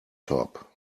top